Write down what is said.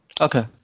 Okay